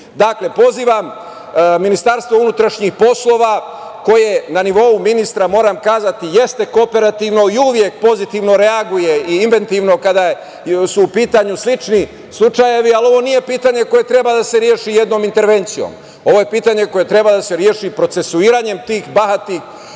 činim. Dakle, pozivam MUP koje na nivou ministra, moram kazati, jeste kooperativno i uvek pozitivno reaguje i inventivno kada su u pitanju slični slučajevi, ali ovo nije pitanje koje treba da se reši jednom intervencijom, ovo je pitanje koje treba da se reši procesuiranjem tih bahati